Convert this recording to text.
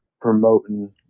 promoting